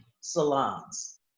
salons